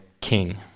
king